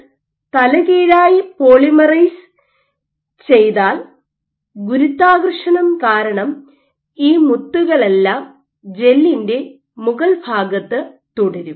നിങ്ങൾ ജെൽ തലകീഴായി പോളിമറൈസ് ചെയ്താൽ ഗുരുത്വാകർഷണം കാരണം ഈ മുത്തുകളെല്ലാം ജെല്ലിന്റെ മുകൾ ഭാഗത്ത് തുടരും